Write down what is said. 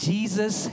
Jesus